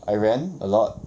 I ran a lot